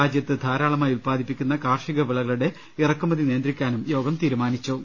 രാജ്യത്ത് ധാരാളമായി ഉല്പാ ദിപ്പിക്കുന്ന കാർഷിക വിളകളുടെ ഇറക്കുമതി നിയന്ത്രിക്കാനും യോഗം തീരുമാനി ച്ചു